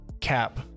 Cap